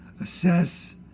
assess